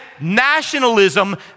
nationalism